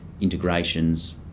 integrations